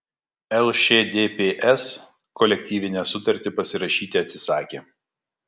lšdps kolektyvinę sutartį pasirašyti atsisakė